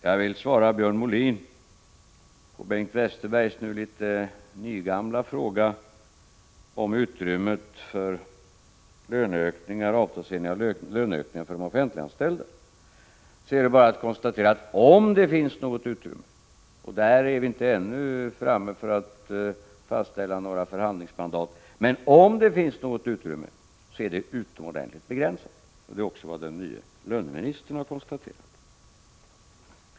Jag vill svara Björn Molin på Bengt Westerbergs nu litet nygamla fråga om utrymmet för avtalsenliga löneökningar för de offentliganställda. Det är då bara att konstatera att om det finns något utrymme — vi är ännu inte framme vid att fastställa några förhandlingsmandat på den punkten — är det utomordentligt begränsat. Det är också vad den nye löneministern har konstaterat.